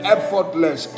Effortless